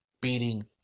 beating